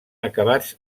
acabats